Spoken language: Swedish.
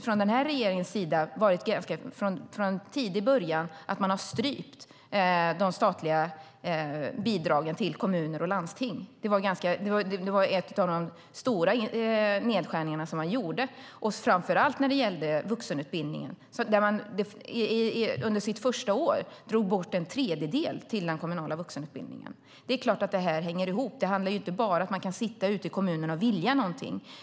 Från den här regeringens sida har man från tidiga början strypt de statliga bidragen till kommuner och landsting. Det var en av de stora nedskärningarna som man gjorde, framför allt när det gällde vuxenutbildningen. Under sitt första år drog man bort en tredjedel av bidragen från den kommunala vuxenutbildningen. Det är klart att det här hänger ihop. Det handlar inte bara om att man kan sitta ute i kommunerna och vilja någonting.